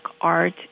art